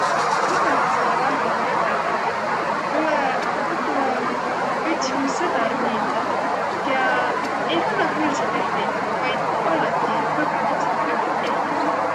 Hõpõtsõlõ värmile mõtõldõh, tulõ õkva üts mu sõbõr miilde, kiä ei kannaq kuldsit ehtit, vaid alati hõbõhõidsi ehtid.